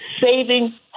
saving